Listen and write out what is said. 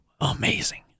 amazing